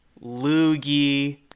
loogie